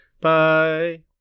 Bye